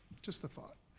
just a thought.